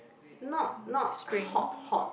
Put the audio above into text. not not hot hot